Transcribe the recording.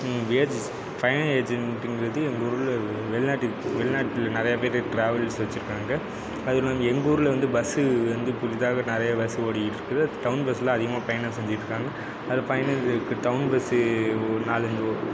agents பயண ஏஜெண்ட்டுங்குறது எங்கள் ஊரில் வெளிநாட்டிற்கு வெளி நாட்டில் நிறைய பேர் ட்ராவல்ஸ் வைச்சிருக்காங்க அதில்லாம எங்கூரில் வந்து பஸ்ஸு வந்து புதிதாக நிறைய பஸ்ஸு ஓடிட்டுருக்குது டவுன் பஸ்ஸில் அதிகமாக பயணம் செஞ்சிட்டுருக்காங்க அது பயணங்களுக்கு டவுன் பஸ்ஸு ஒரு நாலஞ்சு